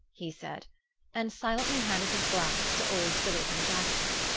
he said and silently handed his glass to old sillerton jackson.